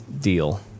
deal